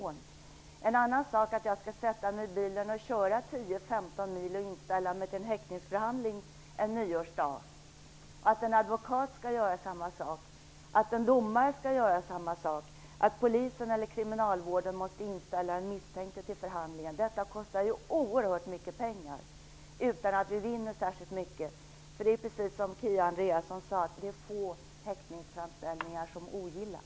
Men det är en annan sak att jag skall sätta mig i bilen och köra tio femton mil och inställa mig till en häktningsförhandling en nyårsdag, att en advokat skall göra samma sak, att en domare skall göra samma sak och att polisen eller människor från kriminalvården måste inställa den misstänkte till förhandlingen. Detta kostar ju oerhört mycket pengar utan att man vinner särskilt mycket, eftersom det är precis som Kia Andreasson sade, nämligen att det är få häktningsframställningar som ogillas.